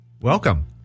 welcome